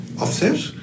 offset